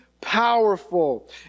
powerful